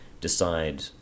decide